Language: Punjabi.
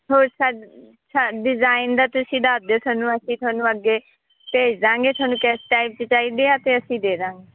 ਹੋਰ ਸਾ ਸਾ ਡਿਜ਼ਾਇਨ ਦਾ ਤੁਸੀਂ ਦੱਸ ਦਿਉ ਸਾਨੂੰ ਅਸੀਂ ਤੁਹਾਨੂੰ ਅੱਗੇ ਭੇਜ ਦੇਵਾਂਗੇ ਤੁਹਾਨੂੰ ਕਿਸ ਟਾਈਪ ਦੀ ਚਾਹੀਦੀ ਆ ਅਤੇ ਅਸੀਂ ਦੇ ਦੇਵਾਂਗੇ